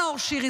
נאור שירי,